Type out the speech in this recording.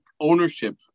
ownership